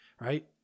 right